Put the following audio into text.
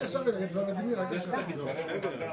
מקצצת 50 מיליון שקלים ממשרד העלייה